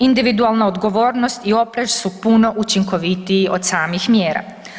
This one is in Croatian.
Individualna odgovornost i oprez su puno učinkovitiji od samih mjera.